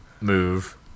move